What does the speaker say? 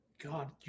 God